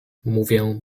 mówię